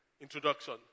introduction